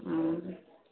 हँ